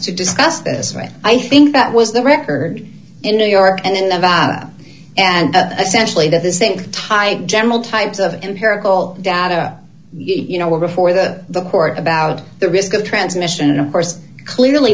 to discuss this right i think that was the record in new york and in nevada and especially the others think tie general types of empirical data you know well before the the court about the risk of transmission and of course clearly